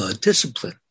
Discipline